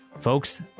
Folks